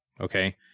Okay